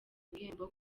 ibihembo